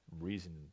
reason